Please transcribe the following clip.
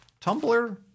Tumblr